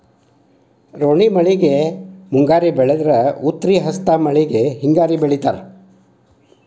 ರೋಣಿ ಮಳೆಗೆ ಮುಂಗಾರಿ ಬೆಳದ್ರ ಉತ್ರಿ ಹಸ್ತ್ ಮಳಿಗೆ ಹಿಂಗಾರಿ ಬೆಳಿತಾರ